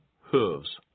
hooves